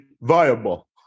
viable